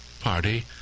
party